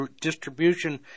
distribution